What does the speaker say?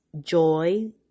joy